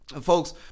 Folks